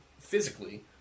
physically